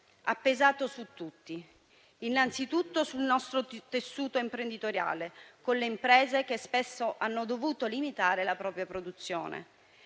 pesato su tutti, innanzitutto sul nostro tessuto imprenditoriale, con le imprese che spesso hanno dovuto limitare la propria produzione